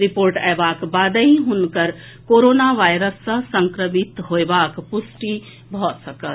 report अएबाक बादहि हुनकर कोरोना वायरस सँ संक्रमित होयबाक पुष्टि भऽ सकत